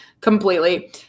completely